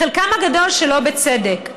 חלקם הגדול שלא בצדק.